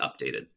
updated